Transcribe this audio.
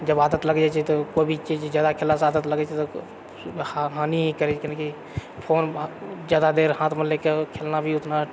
जब आदत लगि जाइत छै तऽ कोइ भी चीज जादा खेललासँ आदत लागैत छै तऽ हँ हानि ही करैत छै कनि कि फोन जादा देर हाथमे लेके खेलना भी ओतना